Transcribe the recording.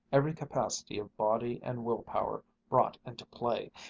every capacity of body and will-power brought into play,